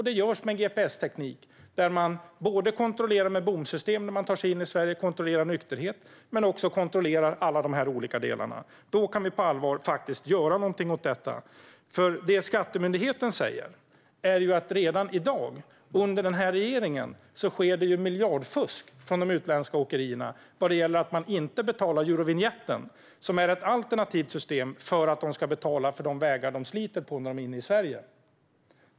Det görs med en GPS-teknik där vi både kontrollerar med bomsystem när lastbilar tar sig in i Sverige och kontrollerar nykterhet men också kontrollerar alla de olika delarna. Då kan vi på allvar göra någonting åt detta. Det Skatteverket säger är att det redan i dag, under den här regeringen, sker miljardfusk från de utländska åkerierna vad gäller att de inte betalar Eurovinjetten. Det är ett alternativt system för att de ska betala för de vägar de sliter på när de är inne i Sverige.